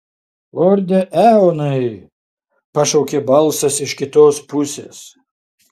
lorde eonai pašaukė balsas iš kitos pusės